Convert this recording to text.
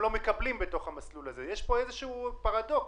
יש פה איזה שהוא פרדוקס.